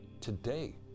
today